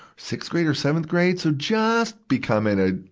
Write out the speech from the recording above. sixth grade or seventh grade, so just becoming a,